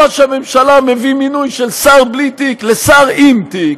ראש הממשלה מביא מינוי של שר בלי תיק לשר עם תיק,